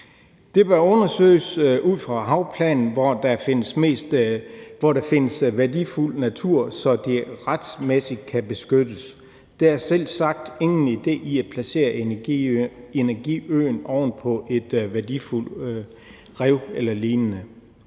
Det bør undersøges ud fra havplanen, hvor der findes værdifuld natur, så den retsmæssigt kan beskyttes. Der er selvsagt ingen idé i at placere energiøen oven på et værdifuldt rev eller lignende.